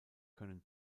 können